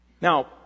Now